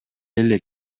элек